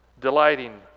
delighting